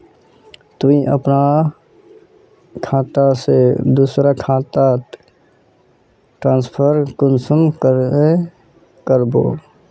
तुई अपना खाता से दूसरा खातात ट्रांसफर कुंसम करे करबो?